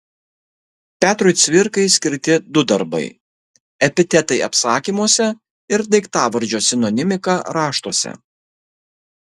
petrui cvirkai skirti du darbai epitetai apsakymuose ir daiktavardžio sinonimika raštuose